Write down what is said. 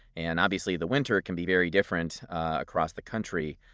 and obviously, the winter can be very different across the country,